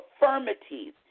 affirmities